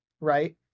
Right